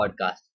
podcast